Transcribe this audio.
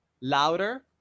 Louder